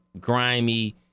grimy